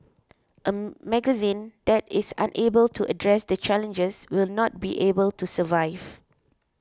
a magazine that is unable to address the challenges will not be able to survive